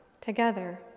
together